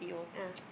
ah